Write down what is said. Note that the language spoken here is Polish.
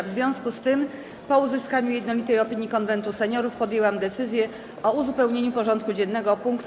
W związku z tym, po uzyskaniu jednolitej opinii Konwentu Seniorów, podjęłam decyzję o uzupełnieniu porządku dziennego o punkt: